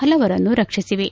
ಹಲವರನ್ನು ರಕ್ಷಿಸಿವೆ